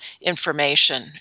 information